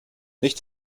nicht